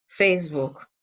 Facebook